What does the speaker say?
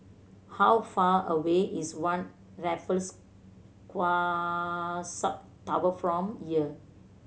how far away is One Raffles South Tower from here